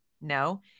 No